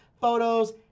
photos